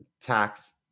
tax